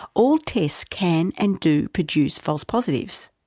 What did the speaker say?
all tests, can and do produce false positives.